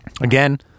Again